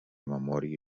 memòria